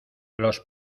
los